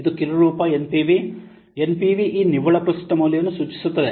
ಇದರ ಕಿರು ರೂಪ ಎನ್ಪಿವಿ ಎನ್ಪಿವಿ ಈ ನಿವ್ವಳ ಪ್ರಸ್ತುತ ಮೌಲ್ಯವನ್ನು ಸೂಚಿಸುತ್ತದೆ